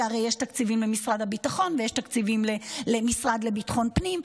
כי הרי יש תקציבים למשרד הביטחון ויש תקציבים למשרד לביטחון פנים,